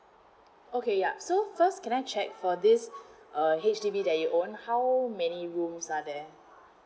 okay ya so first can I check for this uh H_D_B that you owned how many rooms are there